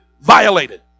violated